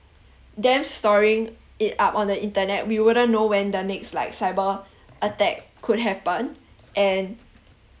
them storing it up on the internet we wouldn't know when the next like cyberattack could happen and